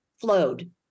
flowed